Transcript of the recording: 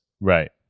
Right